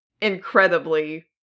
incredibly